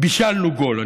בישלנו גול.